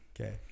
okay